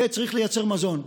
צריך לייצר מזון,